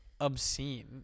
obscene